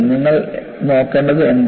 നിങ്ങൾ നോക്കേണ്ടത് എന്താണ്